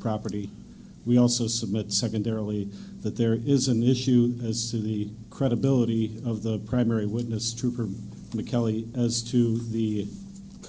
property we also submit secondarily that there is an issue as to the credibility of the primary witness trooper mccully as to the